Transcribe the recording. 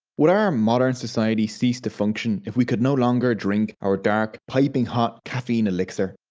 would our modern society cease to function if we could no longer drink our dark piping hot caffeine elixir?